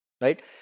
Right